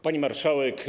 Pani Marszałek!